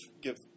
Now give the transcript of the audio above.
give